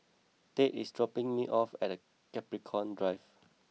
Tate is dropping me off at Capricorn Drive